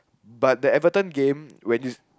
but the Everton game when you